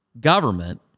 government